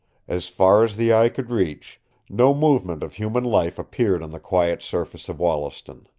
as far as the eye could reach no movement of human life appeared on the quiet surface of wollaston.